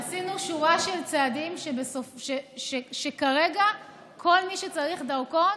עשינו שורה של צעדים כדי שכרגע כל מי שצריך דרכון,